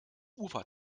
ufer